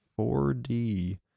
4D